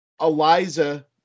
Eliza